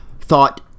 thought